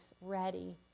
ready